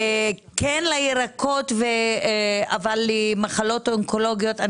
וכן לירקות אבל למחלות אונקולוגיות,